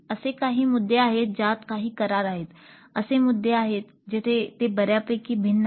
असे काही मुद्दे आहेत ज्यात काही करार आहेत असे मुद्दे आहेत जेथे ते बऱ्यापैकी भिन्न आहेत